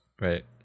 Right